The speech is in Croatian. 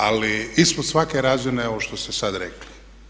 Ali ispod svake razine je ovo što ste sad rekli.